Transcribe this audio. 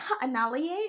Annihilate